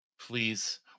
Please